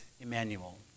Emmanuel